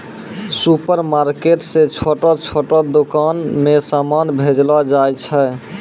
supermarket से छोटो छोटो दुकान मे समान भेजलो जाय छै